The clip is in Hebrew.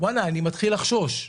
אני מתחיל לחשוש,